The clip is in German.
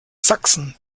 sachsen